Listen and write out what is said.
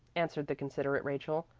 answered the considerate rachel.